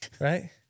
right